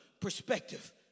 perspective